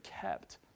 kept